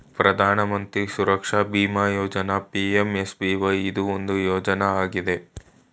ಪ್ರಧಾನ ಮಂತ್ರಿ ಸುರಕ್ಷಾ ಬಿಮಾ ಯೋಜ್ನ ಪಿ.ಎಂ.ಎಸ್.ಬಿ.ವೈ ಇದು ಒಂದು ಯೋಜ್ನ ಆಗಿದೆ